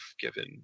given